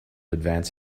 advance